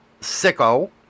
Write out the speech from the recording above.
sicko